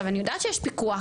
עכשיו אני יודעת שיש פיקוח,